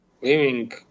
living